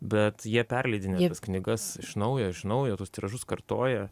bet jie perleidinėja tas knygas iš naujo iš naujo tuos tiražus kartoja